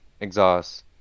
exhaust